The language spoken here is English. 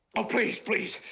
oh, please? please?